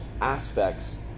aspects